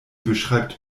beschreibt